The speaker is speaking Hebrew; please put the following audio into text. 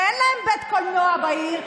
שאין להם בית קולנוע בעיר,